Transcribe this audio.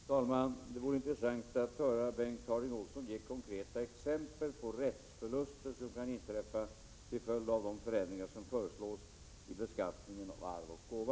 Fru talman! Det vore intressant att få höra Bengt Harding Olson ange några konkreta exempel på rättsförluster som kan inträffa till följd av de förändringar som föreslås i beskattningen av arv och gåva.